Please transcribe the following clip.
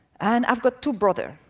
and i've got two brothers,